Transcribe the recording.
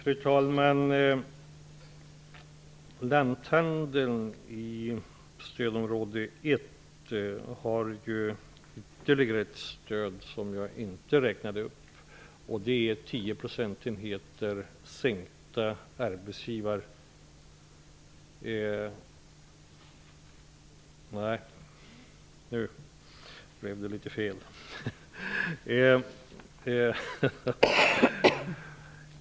Fru talman! Lanthandeln i stödområde 1 har ju ytterligare ett stöd som jag inte räknade upp. Det är tio procentenheter sänkta arbetsgivar... -- Nej, nu blev det litet fel!